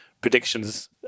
predictions